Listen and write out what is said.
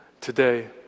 today